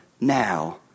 now